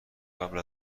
قبل